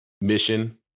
mission